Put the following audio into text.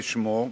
כשמו,